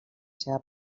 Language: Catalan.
seva